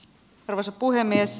arvoisa puhemies